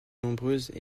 nombreuses